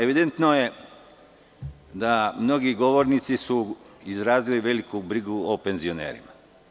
Evidentno je da mnogi govornici su izrazili veliku brigu o penzionerima.